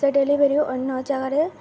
ସେ ଡେଲିଭରି ଅନ୍ୟ ଜାଗାରେ